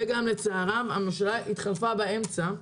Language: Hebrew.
וגם לצערם, הממשלה התחלפה באמצע.